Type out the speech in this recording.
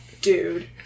dude